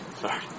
Sorry